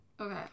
Okay